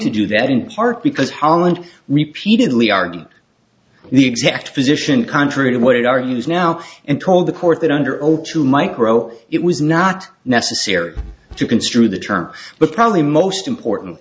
to do that in part because holland repeatedly argued the exact position contrary to what it argues now and told the court that under oath to micro it was not necessary to construe the term but probably most important